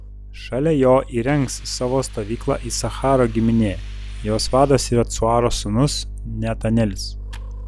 šalia jo įrengs savo stovyklą isacharo giminė jos vadas yra cuaro sūnus netanelis